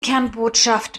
kernbotschaft